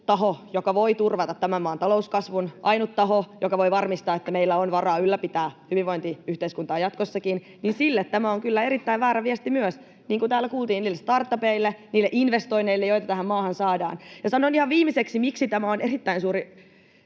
taho, joka voi turvata tämän maan talouskasvun, ainut taho, joka voi varmistaa, että meillä on varaa ylläpitää hyvinvointiyhteiskuntaa jatkossakin. Sille tämä on kyllä erittäin väärä viesti myös, niin kuin täällä kuultiin, niille startupeille, niille investoinneille, joita tähän maahan saadaan. Sanon ihan viimeiseksi, miksi tämä on erittäin suuri